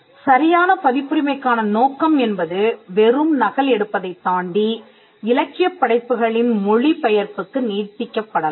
சரியான பதிப்புரிமைக்கான நோக்கம் என்பது வெறும் நகல் எடுப்பதைத் தாண்டி இலக்கியப் படைப்புகளின் மொழிபெயர்ப்புக்கு நீட்டிக்கப்படலாம்